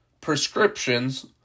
prescriptions